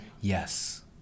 Yes